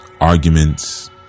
arguments